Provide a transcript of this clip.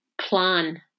plan